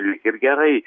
lyg ir gerai